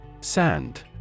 Sand